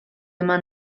eman